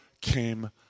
came